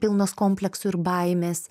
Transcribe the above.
pilnos kompleksų ir baimės